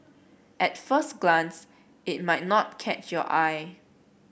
at first glance it might not catch your eye